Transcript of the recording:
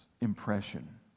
impression